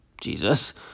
Jesus